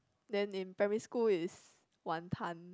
then in primary school is wanton